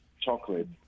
chocolate